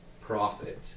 profit